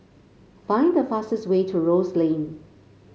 find the fastest way to Rose Lane